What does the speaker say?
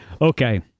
Okay